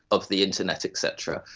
of the internet et cetera.